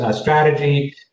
strategy